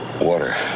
Water